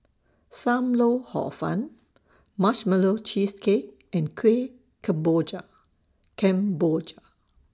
SAM Lau Hor Fun Marshmallow Cheesecake and Kueh Kemboja Kemboja